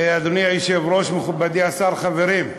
אדוני היושב-ראש, מכובדי השר, חברים,